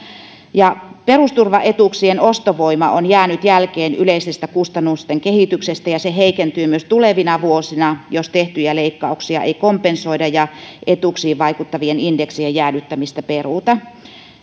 perusturvaetuuksien ostovoima on jäänyt jälkeen yleisestä kustannusten kehityksestä ja se heikentyy myös tulevina vuosina jos tehtyjä leikkauksia ei kompensoida ja etuuksiin vaikuttavien indeksien jäädyttämistä peruta